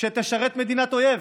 שתשרת מדינת אויב,